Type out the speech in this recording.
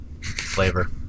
Flavor